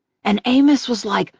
and amos was like,